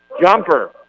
Jumper